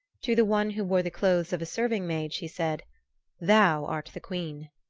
to the one who wore the clothes of a serving-maid she said thou art the queen.